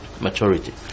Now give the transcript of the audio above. maturity